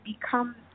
become